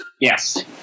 Yes